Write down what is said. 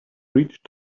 reach